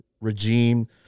regime